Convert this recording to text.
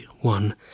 one